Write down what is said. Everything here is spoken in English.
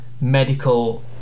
medical